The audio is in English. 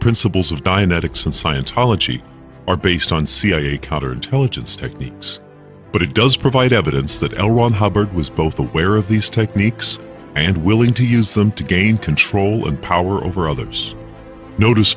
principles of dianetics and scientology are based on cia counterintelligence techniques but it does provide evidence that l ron hubbard was both aware of these techniques and willing to use them to gain control and power over others notice